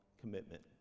commitment